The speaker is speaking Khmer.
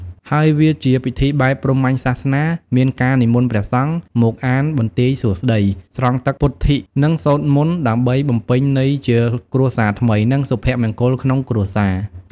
ហើយ វាជាពិធីបែបព្រហ្មញ្ញសាសនា មានការនិមន្តព្រះសង្ឃ មកអានបន្ទាយសួស្តី ស្រង់ទឹកពុទ្ធិ និងសូត្រមន្ត ដើម្បីបំពេញន័យជាគ្រួសារថ្មី និងសុភមង្គលក្នុងជីវិត។